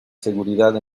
seguridad